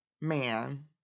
man